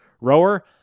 Rower